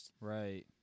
Right